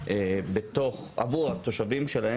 או האזור האישי,